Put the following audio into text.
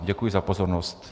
Děkuji za pozornost.